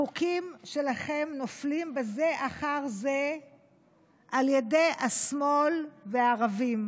החוקים שלכם נופלים בזה אחר זה על ידי השמאל והערבים,